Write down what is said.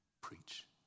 preach